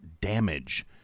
damage